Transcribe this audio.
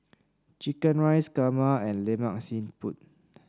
chicken rice kurma and Lemak Siput